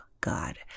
God